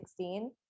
2016